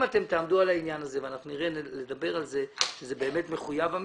אם אתם תעמדו על העניין הזה ואנחנו נדבר על זה שזה באמת מחויב המציאות,